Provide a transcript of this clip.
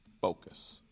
focus